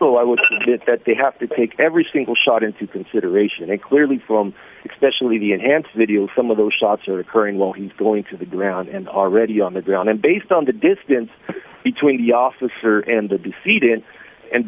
so i would say that they have to take every single shot into consideration and clearly from specially the enhanced video some of those shots are occurring well he's going to the ground and already on the ground and based on the distance between the officer and the deceit in and